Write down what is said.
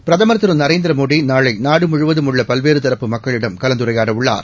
பிரதமர் திரு நரேந்திர மோடி நாளை நாடுமுழுவதும் உள்ள பல்வேறு தரப்பு மக்களிடம் கலந்துரையாடவுள்ளார்